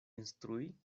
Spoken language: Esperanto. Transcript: instrui